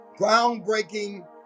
Groundbreaking